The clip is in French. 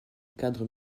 cadre